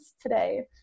today